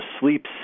sleeps